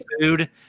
food